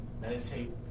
meditate